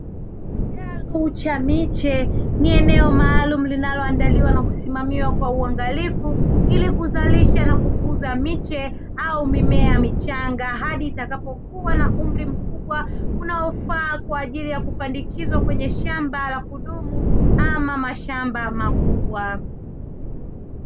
Kitalu cha miche ni eneo maalumu, linaoandaliwa na kusimamiwa kwa uangalifu ili kuzalisha na kukuza miche au mimea michanga, hadi itakapokuwa na umri mkubwa unaofaa kwa ajili ya kupandikizwa kwenye shamba la kudumu ama mashamba makubwa.